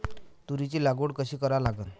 तुरीची लागवड कशी करा लागन?